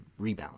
rebalance